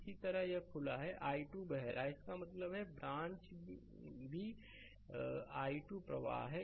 इसी तरह यह खुला है i2 बह रहा है इसका मतलब है कि यह ब्रांच भी i2 प्रवाह है